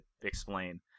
explain